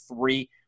three